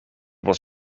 was